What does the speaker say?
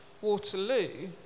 Waterloo